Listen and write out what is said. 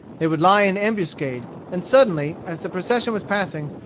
they would lie in ambuscade, and suddenly, as the procession was passing,